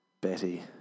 Betty